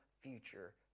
future